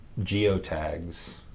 geotags